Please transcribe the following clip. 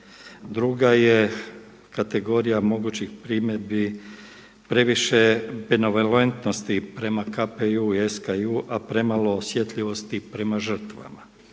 Druga je kategorija mogućih primjedbi previše benevelentnosti prema KPJ i SKJ a premalo osjetljivosti prema žrtvama.